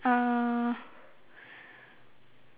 uh